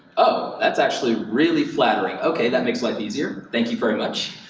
oh, that's actually really flattering. okay, that makes life easier. thank you very much.